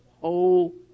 whole